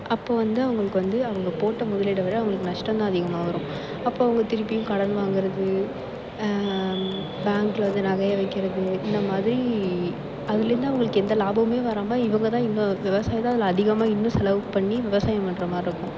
அப்போ வந்து அவங்களுக்கு வந்து அவங்க போட்ட முதலீடை விட அவங்களுக்கு நஷ்டம் தான் அதிகமாக வரும் அப்போது அவங்க திருப்பியும் கடன் வாங்குறது பேங்க்ல வந்து நகையை வைக்கிறது இந்த மாதிரி அதிலேருந்து அவங்களுக்கு எந்த லாபமுமே வராமல் இவங்க தான் இன்னும் விவசாயி தான் அதில் அதிகமாக இன்னும் செலவு பண்ணி விவசாயம் பண்ணுற மாதிரி இருக்கும்